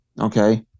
Okay